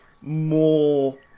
more